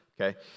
Okay